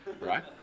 right